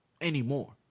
anymore